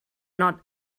not